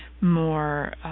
more